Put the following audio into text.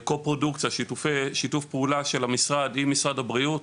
קופרודוקציה ושיתוף פעולה של המשרד עם משרד הבריאות